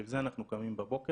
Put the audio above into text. בשביל זה אנחנו קמים בבוקר